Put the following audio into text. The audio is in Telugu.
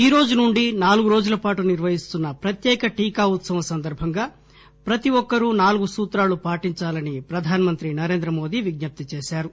ఈరోజు నుంచి నాలుగు రోజుల పాటు నిర్వహిస్తున్న ప్రత్యేక టీకా ఉత్సవం సందర్బంగా ప్రతి ఒక్కరు నాలుగు సూత్రాలు పాటించాలని ప్రధానమంత్రి నరేంద్ర మోదీ విజ్ఞప్తి చేశారు